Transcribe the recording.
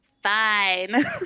Fine